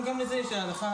וגם לזה יש הערכה,